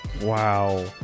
Wow